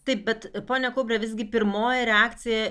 taip bet pone kaubre visgi pirmoji reakcija